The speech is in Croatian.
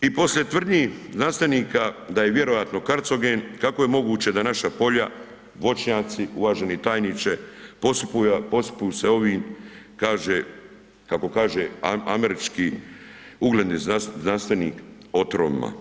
I poslije tvrdnji znanstvenika da je vjerojatno karcogen, kako je moguće da naša polja, voćnjaci, uvaženi tajniče, posipuju sa ovim, kaže, kako kaže američki ugledni znanstvenik otrovima.